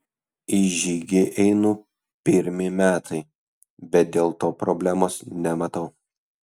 į žygį einu pirmi metai bet dėl to problemos nematau